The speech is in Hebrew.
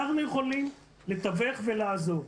אנחנו יכולים לתווך ולעזור.